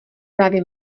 právě